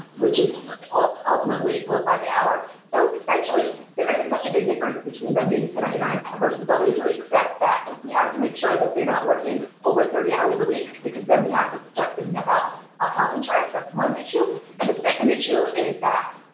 which is ah ultimately. it goes by the hour. so essentially, there isn't such a big difference between them and and um versus w two except that, we have to make sure that they're not working over thirty hours a week, because then we have to start thinking about health insurance, that's one issue, and the second issue is that,